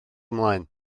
ymlaen